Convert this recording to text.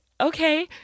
okay